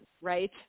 right